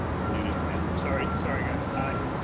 you're muted. sorry sorry guys, aye.